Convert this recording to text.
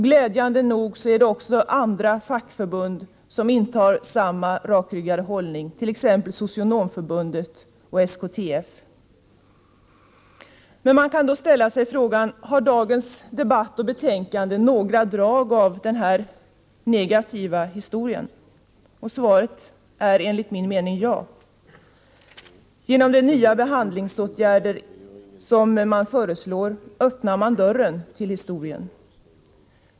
Glädjande nog är det också andra fackförbund som intar samma rakryggade hållning, t.ex. Socionomförbundet och SKTF. Det finns anledning att ställa frågan: Har dagens debatt och betänkande några drag av den här negativa historien? Svaret är enligt min mening ja. Genom de nya behandlingsåtgärder som föreslås öppnar man dörren till historien.